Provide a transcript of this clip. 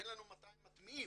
אין לנו 200 מטמיעים,